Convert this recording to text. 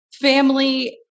family